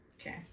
Okay